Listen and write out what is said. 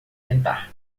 tentar